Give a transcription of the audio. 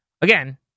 Again